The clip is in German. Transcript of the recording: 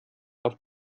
auf